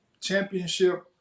championship